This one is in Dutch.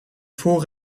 voor